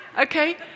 Okay